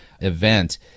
event